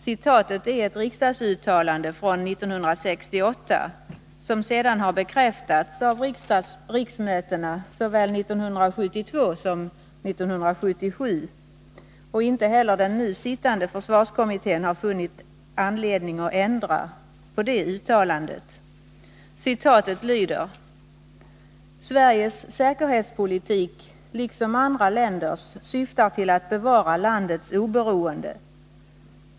Citatet är ett riksdagsuttalande från 1968, som sedan bekräftats av riksmötena såväl 1972 som 1977. Inte heller den nu sittande försvarskommittén har funnit anledning att ändra på detta uttalande, som lyder: Sveriges säkerhetspolitik, liksom andra länders, syftar till att bevara landets oberoende.